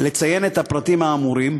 לציין את הפרטים האמורים,